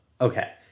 Okay